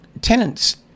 tenants